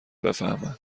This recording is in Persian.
بفهمن